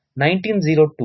1902